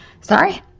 sorry